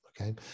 Okay